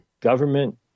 government